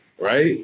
right